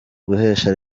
guhesha